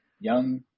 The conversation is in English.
Young